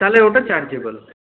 তাহলে ওটা চার্জেবল